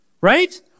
Right